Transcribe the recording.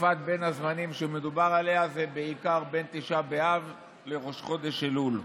תקופת בין הזמנים שמדובר עליה היא בעיקר בין תשעה באב לראש חודש אלול,